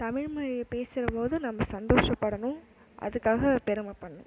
தமிழ் மொழியை பேசுகிற போது நம்ப சந்தோஷப்படணும் அதுக்காக பெருமைப்படணும்